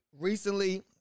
recently